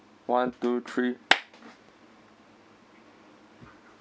one two three